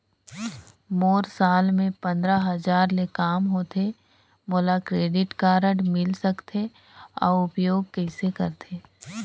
मोर साल मे पंद्रह हजार ले काम होथे मोला क्रेडिट कारड मिल सकथे? अउ उपयोग कइसे करथे?